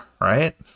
right